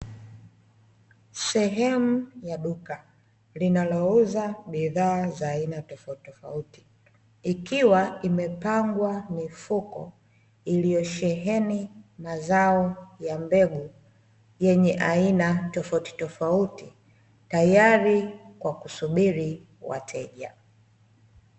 Sehemu ya duka linalouza bidhaa za aina tofauti tofauti ikiwa imepangwa mifuko iliyosheheni mazao ya mbegu yenye aina tofauti tofauti tayari kwa kusubiri wateja .